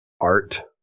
art